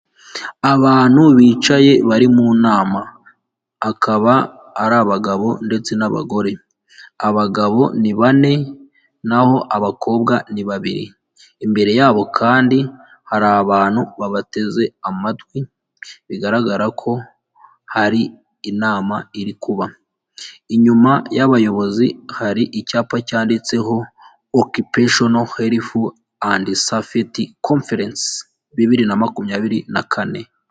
abantu bicaye bari mu nama akaba ari abagabo ndetse n'abagore abagabo ni bane naho abakobwa ni babiri imbere yabo kandi hari abantu babateze amatwi bigaragara ko hari inama iri kuba inyuma y'abayobozi hari icyapa cyanditseho okipetional helfu andsapfet conference bibiri na makumyabiri na kane